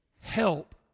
help